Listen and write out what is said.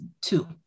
two